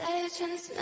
Legends